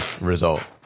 result